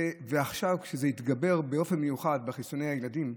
ועכשיו, כשזה התגבר באופן מיוחד בחיסוני הילדים,